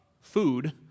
food